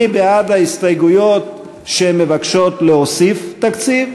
מי בעד ההסתייגויות שמבקשות להוסיף תקציב?